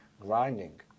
grinding